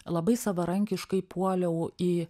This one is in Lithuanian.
labai savarankiškai puoliau į